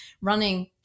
Running